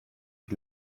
mit